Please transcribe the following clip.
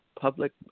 public